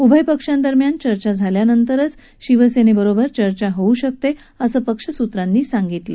उभय पक्षांदरम्यान चर्चा झाल्यानंतर शिवसेनेबरोबर चर्चा होऊ शकते असं पक्षसूत्रांनी सांगितलं